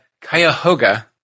Cuyahoga